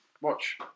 watch